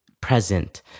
present